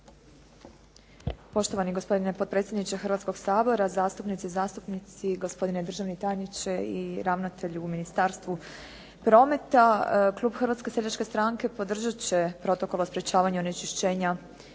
Poštovani gospodine potpredsjedniče Hrvatskoga sabora. Zastupnice i zastupnici, gospodine državni tajniče i ravnatelju u Ministarstvu prometa. Klub Hrvatske seljačke stranke podržat će Protokol o sprečavanju onečišćenja